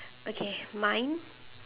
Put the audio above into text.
okay mine